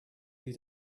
due